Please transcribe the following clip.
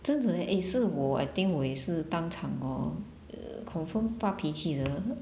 真的 eh eh 是我 I think 我也是当场 orh confirm 发脾气了